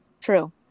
True